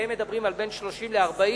והם מדברים על בין 30 ל-40,